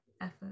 effort